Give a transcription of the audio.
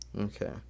Okay